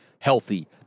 healthy